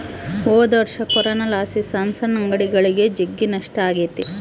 ಹೊದೊರ್ಷ ಕೊರೋನಲಾಸಿ ಸಣ್ ಸಣ್ ಅಂಗಡಿಗುಳಿಗೆ ಜಗ್ಗಿ ನಷ್ಟ ಆಗೆತೆ